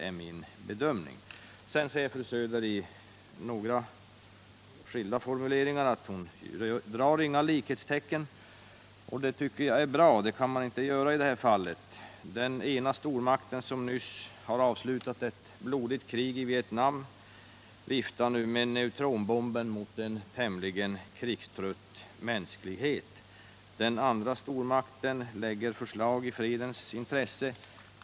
Fru Söder säger vidare i skilda formuleringar att hon här inte drar några likhetstecken, och det tycker jag är bra. Man kan inte göra det i detta fall. Den ena stormakten, som nyligen har avslutat ett blodigt krig i Vietnam, viftar nu med neutronbomben mot en krigstrött mänsklighet. Den andra stormakten lägger fram förslag i fredens intresse.